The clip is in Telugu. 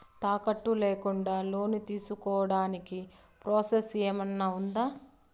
తాకట్టు లేకుండా లోను తీసుకోడానికి ప్రాసెస్ ఏమన్నా ఉందా?